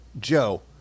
joe